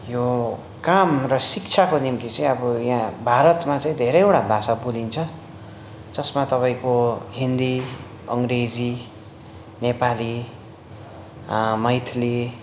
यो काम र शिक्षाको निम्ति चाहिँ अब यहाँ भारतमा चाहिँ धेरैवटा भाषा बोलिन्छ जसमा तपाईँको हिन्दी अङ्ग्रेजी नेपाली मैथली